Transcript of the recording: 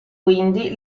quindi